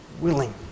Willing